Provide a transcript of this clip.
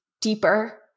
deeper